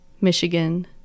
Michigan